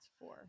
four